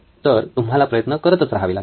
तर तुम्हाला प्रयत्न करतच राहावे लागेल